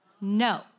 No